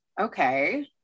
Okay